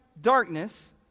darkness